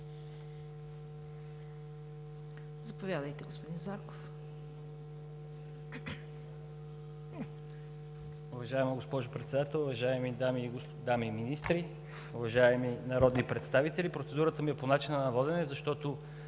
заповядайте, господин Зарков,